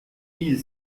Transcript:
mille